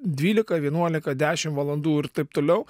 dvylika vienuolika dešim valandų ir taip toliau